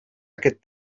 aquest